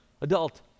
adult